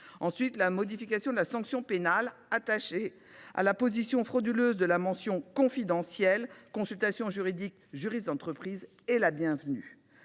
Quant à la modification de la sanction pénale attachée à l’apposition frauduleuse de la mention « confidentiel – consultation juridique – juriste d’entreprise », elle est bienvenue.